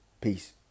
Peace